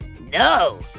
No